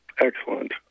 Excellent